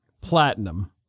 Platinum